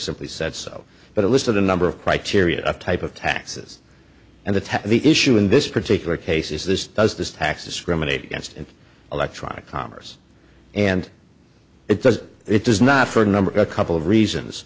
simply said so but it listed a number of criteria of type of taxes and the ten the issue in this particular case is this does this tax discriminate against electronic commerce and it does it does not for a number a couple of reasons